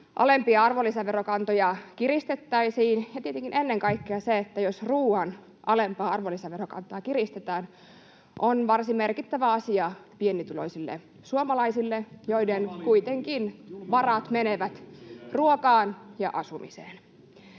alempia arvonlisäverokantoja kiristettäisiin — ja tietenkin ennen kaikkea se, jos ruuan alempaa arvonlisäverokantaa kiristetään — on varsin merkittävä asia pienituloisille suomalaisille, joiden varat kuitenkin menevät ruokaan ja asumiseen.